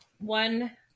One